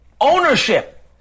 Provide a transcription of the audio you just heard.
ownership